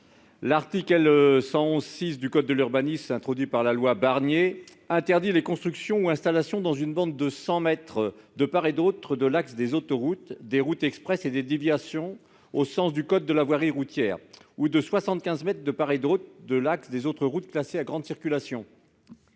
de la protection de l'environnement, dite loi Barnier, interdit les constructions ou installations dans une bande de cent mètres de part et d'autre de l'axe des autoroutes, des routes express et des déviations, au sens du code de la voirie routière, ou de soixante-quinze mètres de part et d'autre de l'axe des autres routes classées à grande circulation.